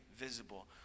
visible